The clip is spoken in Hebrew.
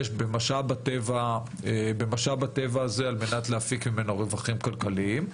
במשאב הטבע הזה על מנת להפיק ממנו רווחים כלכליים.